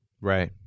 Right